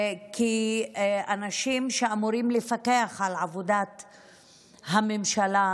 וכאנשים שאמורים לפקח על עבודת הממשלה,